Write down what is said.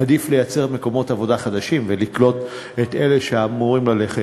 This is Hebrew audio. עדיף לייצר מקומות עבודה חדשים ולקלוט את אלה שאמורים ללכת.